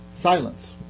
silence